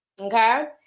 okay